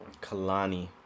Kalani